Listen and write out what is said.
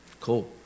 Cool